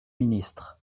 ministre